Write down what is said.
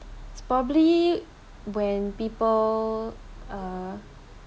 it's probably when people uh